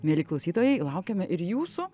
mieli klausytojai laukiame ir jūsų